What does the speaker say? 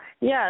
Yes